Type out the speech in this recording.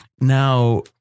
Now